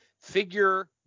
figure